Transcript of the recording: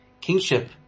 Kingship